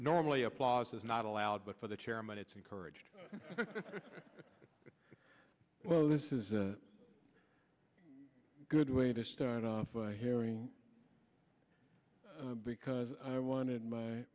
normally applause is not allowed but for the chairman it's encouraged but well this is a good way to start a hearing because i wanted my